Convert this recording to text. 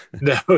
No